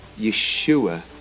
Yeshua